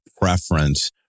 preference